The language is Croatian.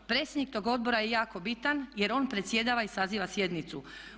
Predsjednik tog odbora je jako bitan jer on predsjedava i saziva sjednicu.